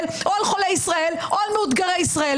או על חולי ישראל או על מאותגרי ישראל,